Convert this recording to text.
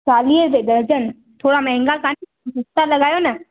चालीह रुपे दर्जन थोरा महांगा कोन्हनि सस्ता लॻायो न